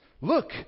look